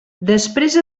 després